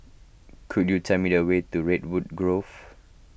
could you tell me the way to Redwood Grove